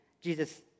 Jesus